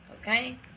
okay